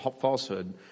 falsehood